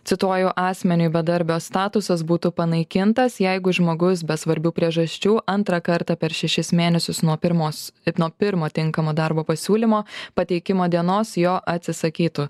cituoju asmeniui bedarbio statusas būtų panaikintas jeigu žmogus be svarbių priežasčių antrą kartą per šešis mėnesius nuo pirmos nuo pirmo tinkamo darbo pasiūlymo pateikimo dienos jo atsisakytų